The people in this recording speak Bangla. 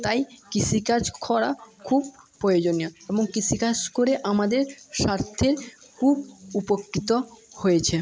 তাই কৃষিকাজ করা খুব প্রয়োজনীয় এবং কৃষিকাজ করে আমাদের স্বার্থের খুব উপকৃত হয়েছে